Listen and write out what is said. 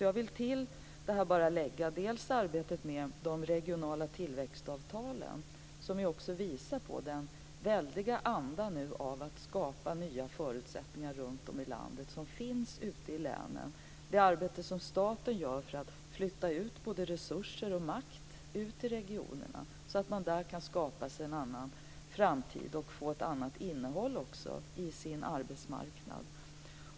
Jag vill till detta bara lägga dels arbetet med de regionala tillväxtavtalen, som ju också visar på den väldiga anda som finns ute i länen för att skapa nya förutsättningar runtom i landet, dels statens arbete för att flytta både resurser och makt ut till regionerna, så att man där kan skapa sig en annan framtid och också få ett annat innehåll i sin arbetsmarknad.